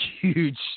huge